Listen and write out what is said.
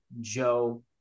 Joe